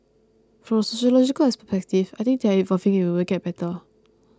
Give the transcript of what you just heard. from a sociological perspective I think they are evolving and we will get better